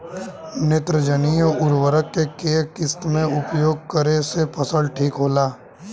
नेत्रजनीय उर्वरक के केय किस्त मे उपयोग करे से फसल ठीक होला?